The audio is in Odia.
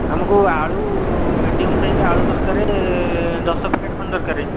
ଆମୁକୁ ଆଳୁ ମିଡ଼ିୟମ୍ ସାଇଜ୍ ଆଳୁ ଦରକାର ଦଶ ପ୍ୟାକେଟ୍ ଖଣ୍ଡେ ଦରକାର